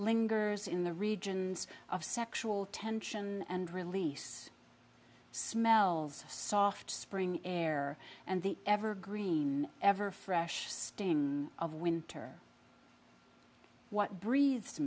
lingers in the regions of sexual tension and release smells of soft spring air and the evergreen ever fresh stain of winter what breathes to